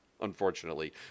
unfortunately